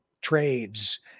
trades